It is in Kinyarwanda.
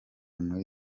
muri